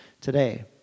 today